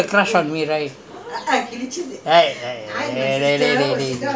but that that time that time that time you got a crush on me right